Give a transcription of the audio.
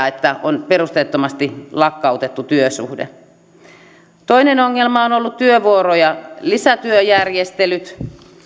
että on perusteettomasti lakkautettu työsuhde ja siitä on annettu karensseja toinen ongelma on ollut työvuoro ja lisätyöjärjestelyt